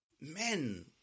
men